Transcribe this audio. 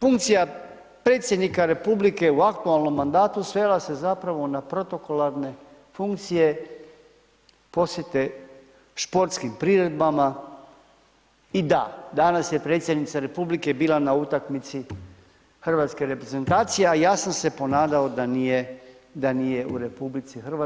funkcija predsjednika RH u aktualnom mandatu svela se zapravo na protokolarne funkcije, posjete športskim priredbama i da, danas je predsjednica RH bila na utakmici hrvatske reprezentacije, a ja sam se ponadao da nije u RH.